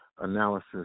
analysis